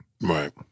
Right